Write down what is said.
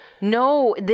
No